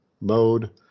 mode